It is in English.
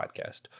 Podcast